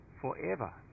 forever